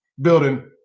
building